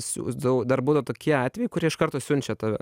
siųsdavau dar būdavo tokie atvejai kurie iš karto siunčia tave